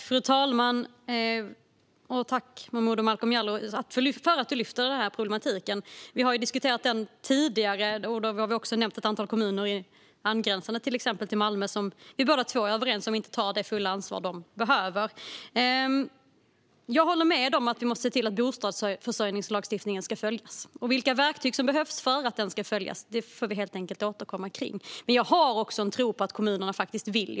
Fru talman! Tack, Momodou Malcolm Jallow, för att du lyfter fram denna problematik! Vi har diskuterat den tidigare. Då har vi också nämnt ett antal kommuner, till exempel kommuner angränsande till Malmö, som vi två är överens om inte tar det fulla ansvar de behöver. Jag håller med om att vi måste se till att bostadsförsörjningslagstiftningen följs. Vilka verktyg som behövs för att den ska följas får vi helt enkelt återkomma till. Men jag har en tro på att kommunerna faktiskt vill.